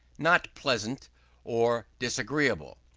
not pleasant or disagreeable.